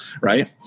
right